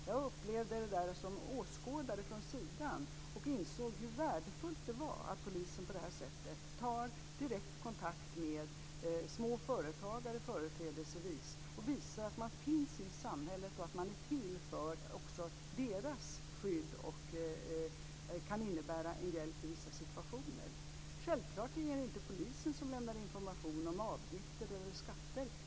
Jag upplevde detta som åskådare från sidan och insåg hur värdefullt det är att polisen på det här sättet tar kontakt med företrädesvis små företag och visar att man finns i samhället och att man är till också för deras skydd och kan innebära en hjälp i vissa situationer. Självfallet är det inte polisen som lämnar information om avgifter eller skatter.